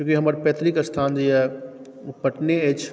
चूँकि हमर पैतृक स्थान जे अइ ओ पटने अछि